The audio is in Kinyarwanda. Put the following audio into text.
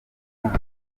mwana